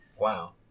Wow